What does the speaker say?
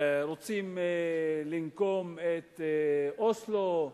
רוצים לנקום את אוסלו,